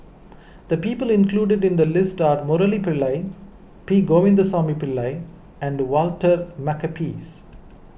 the people included in the list are Murali Pillai P Govindasamy Pillai and Walter Makepeace